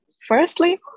firstly